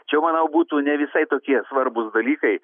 čia jau manau būtų ne visai tokie svarbūs dalykai